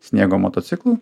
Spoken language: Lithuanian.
sniego motociklu